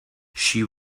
she